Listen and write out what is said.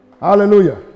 Hallelujah